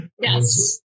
Yes